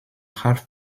half